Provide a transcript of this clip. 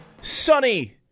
sunny